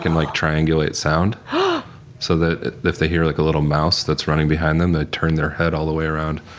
can like triangulate sound so that if they hear like a little mouse that's running behind them they'll turn their head all the way around.